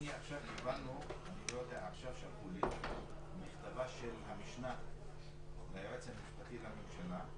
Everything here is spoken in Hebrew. עכשיו שלחו לי את מכתבה של המשנה ליועץ המשפטי לממשלה,